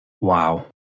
Wow